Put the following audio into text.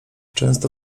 często